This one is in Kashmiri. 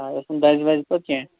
آ یُس نہٕ پتہٕ دَزِ وَزِ نہٕ کہیٖنۍ